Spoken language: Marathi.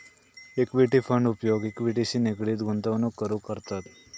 इक्विटी फंड उपयोग इक्विटीशी निगडीत गुंतवणूक करूक करतत